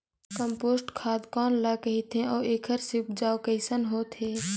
Compost खाद कौन ल कहिथे अउ एखर से उपजाऊ कैसन होत हे?